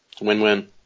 Win-win